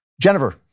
Jennifer